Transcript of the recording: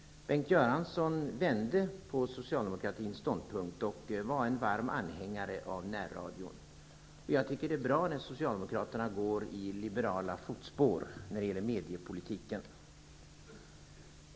Bengt Göransson vände på socialdemokratins ståndpunkt och var en varm anhängare av närradio. Jag tycker att det är bra när Socialdemokraterna går i liberala fotspår när det gäller mediepolitiken.